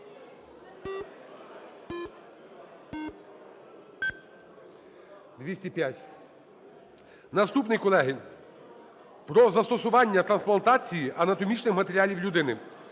Наступний, колеги. "Про застосування трансплантації анатомічних матеріалів людині"